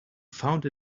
found